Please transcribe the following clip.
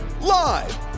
Live